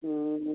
ହୁଁ